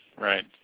Right